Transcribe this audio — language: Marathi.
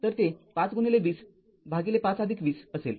तरते ५२०५२० असेल